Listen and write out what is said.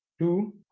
Two